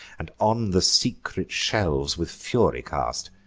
and on the secret shelves with fury cast.